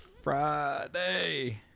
Friday